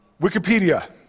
Wikipedia